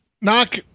Knock